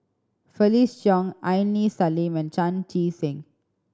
Felix Cheong Aini Salim and Chan Chee Seng